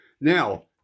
now